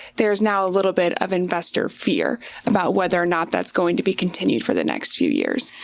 there's now a little bit of investor fear about whether or not that's going to be continued for the next few years.